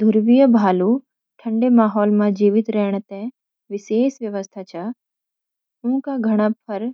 ध्रुवीय भालू ठंडे माहौल मं जीवित रैणा ते विशेष ब्वयवस्थ छ। ऊनका घणा फर